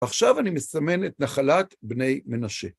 עכשיו אני מסמן את נחלת בני מנשה.